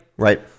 Right